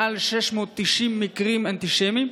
מעל 690 מקרים אנטישמיים.